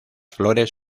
flores